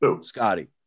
Scotty